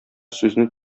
сүзне